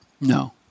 No